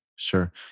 Sure